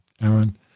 Aaron